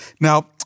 Now